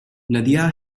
nadia